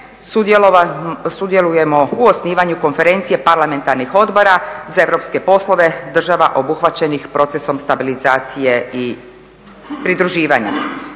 sudjelujemo u osnivanju Konferencije parlamentarnih odbora za europske poslove država obuhvaćenih procesom stabilizacije i pridruživanja.